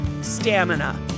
stamina